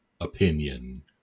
opinion